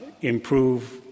improve